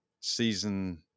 season